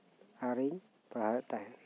ᱟᱨᱤᱧ ᱯᱟᱲᱦᱟᱣᱮᱫ ᱛᱟᱦᱮᱱ